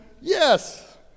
yes